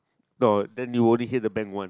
no then you only get the band one